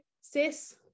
sis